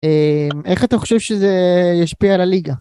איך אתה חושב שזה ישפיע על הליגה?